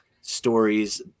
stories